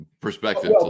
perspective